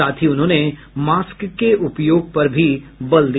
साथ ही उन्होंने मास्क के उपयोग पर भी बल दिया